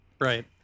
Right